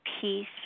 peace